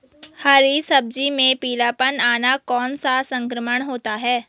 हरी सब्जी में पीलापन आना कौन सा संक्रमण होता है?